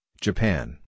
Japan